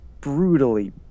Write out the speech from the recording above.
brutally